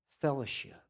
fellowship